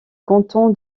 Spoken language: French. canton